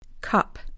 Cup